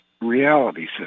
reality